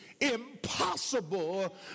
impossible